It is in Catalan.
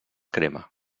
crema